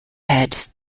head